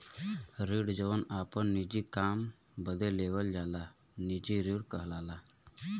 ऋण जौन आपन निजी काम बदे लेवल जाला निजी ऋण कहलाला